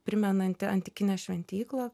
primenanti antikinę šventyklą